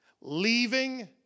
Leaving